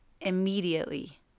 immediately